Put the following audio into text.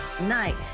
night